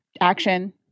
action